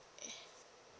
eh